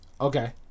Okay